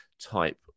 type